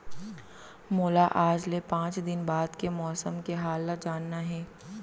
मोला आज ले पाँच दिन बाद के मौसम के हाल ल जानना हे?